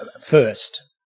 first